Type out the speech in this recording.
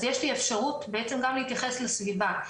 אז יש לי אפשרות בעצם גם להתייחס לסביבה.